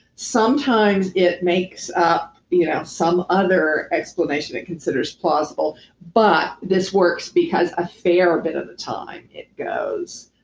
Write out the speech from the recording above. sometimes, it makes up yeah some other explanation that consider as plausible but this works because a fair bit of the time, it goes,